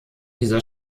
dieser